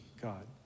God